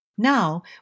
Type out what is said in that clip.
Now